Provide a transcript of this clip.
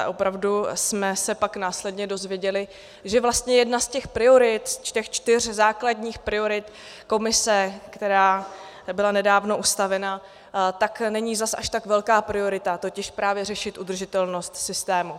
Opravdu jsme se pak následně dozvěděli, že vlastně jedna z těch priorit, z těch čtyř základních priorit komise, která byla nedávno ustavena, není zas až tak velká priorita, totiž právě řešit udržitelnost systému.